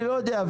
אני לא יודע.